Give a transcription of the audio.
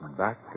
back